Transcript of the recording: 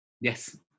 Yes